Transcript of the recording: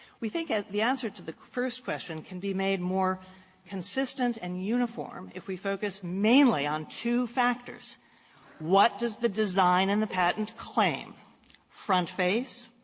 we think ah the answer to the first question can be made more consistent and uniform if we focus mainly on two factors what does the design in the patent claim front face,